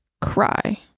cry